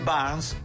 Barnes